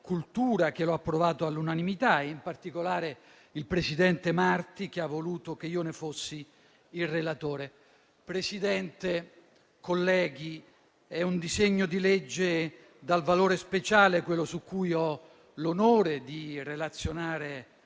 che lo ha approvato all'unanimità, in particolare il presidente Marti, che ha voluto che io ne fossi il relatore. Presidente, colleghi, è un disegno di legge dal valore speciale quello su cui ho l'onore di relazionare